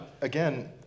Again